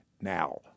now